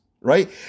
right